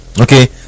Okay